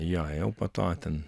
jo jau po to ten